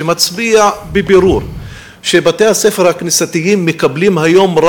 שמצביע בבירור שבתי-הספר הכנסייתיים מקבלים היום,